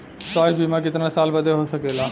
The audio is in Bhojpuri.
स्वास्थ्य बीमा कितना साल बदे हो सकेला?